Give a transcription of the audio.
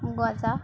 গজা